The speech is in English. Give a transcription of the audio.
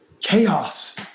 chaos